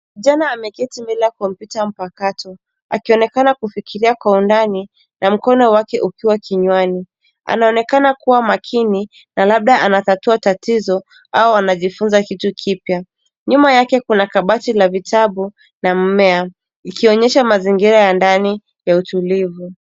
Kijana ameketi mbele ya kompyuta mpakato akionekana kufikiria kwa undani na mkono wake ukiwa kinywani. Anaonekana kuwa makini na labda anatatua tatizo au anajifunza kitu kipya. Nyuma yake kuna kabati la vitabu na mmea ikionyesha mazingira ya ndani ya utulivu.